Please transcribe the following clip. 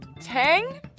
Tang